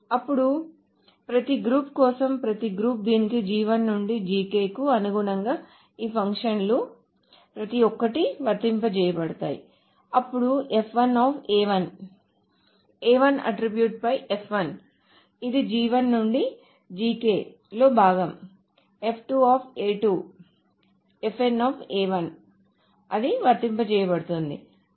అప్పుడు ప్రతి గ్రూప్ కోసం ప్రతి గ్రూప్ దీనికి నుండి కు అనుగుణంగా ఈ ఫంక్షన్లు ప్రతి ఒక్కటి వర్తింపచేయబడతాయి అప్పుడు అట్ట్రిబ్యూట్ పై ఇది నుండి లో భాగంఅది వర్తింపచేయబడుతుంది